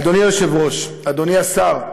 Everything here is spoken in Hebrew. אדוני היושב-ראש, אדוני השר,